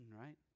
right